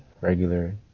regular